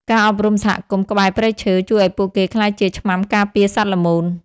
ការអប់រំសហគមន៍ក្បែរព្រៃឈើ ជួយឱ្យពួកគេក្លាយជាឆ្មាំការពារសត្វល្មូន។